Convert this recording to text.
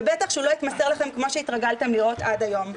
ובטח שהוא לא יתמסר לכם כמו שהתרגלתם לראות עד היום.